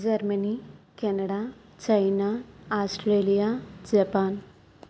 Germany Canada China Australia Japan